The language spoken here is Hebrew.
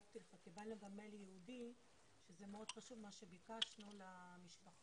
קיבלנו במייל ייעודי שזה מאוד חשוב מה שביקשנו למשפחות.